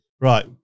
Right